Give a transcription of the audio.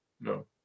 No